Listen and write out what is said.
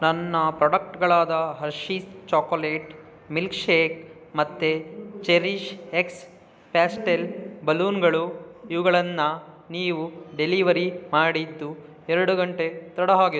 ನನ್ನ ಪ್ರೊಡಕ್ಟ್ಗಳಾದ Hershey's chocolate milkshake ಮತ್ತು ಚೆರಿಷ್ ಎಕ್ಸ್ ಪ್ಯಾಸ್ಟೆಲ್ ಬಲೂನ್ಗಳು ಇವುಗಳನ್ನು ನೀವು ಡೆಲಿವರಿ ಮಾಡಿದ್ದು ಎರಡು ಗಂಟೆ ತಡ ಆಗಿ